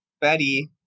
Betty